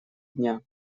дня